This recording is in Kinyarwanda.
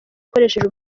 ukoresheje